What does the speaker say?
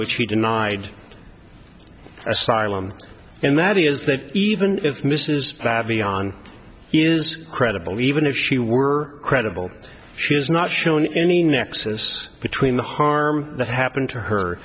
which he denied asylum and that is that even if this is savvy on is credible even if she were credible she has not shown any nexus between the harm that happened to